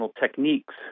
techniques